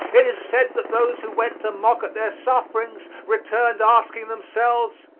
it is said that those who went to mock at their sufferings returned asking themselves,